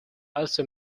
also